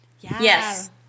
yes